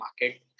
market